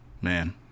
Man